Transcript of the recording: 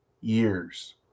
years